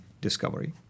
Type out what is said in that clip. discovery